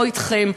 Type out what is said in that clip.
לא אתכם.